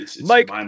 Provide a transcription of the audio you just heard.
Mike